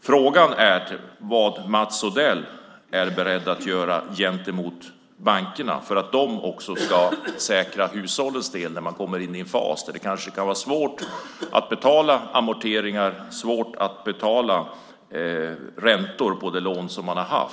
Frågan är vad Mats Odell är beredd att göra gentemot bankerna för att de ska kunna säkra hushållens del när man kommer in i en fas där det kanske är svårt att betala amorteringar och räntor på sina lån.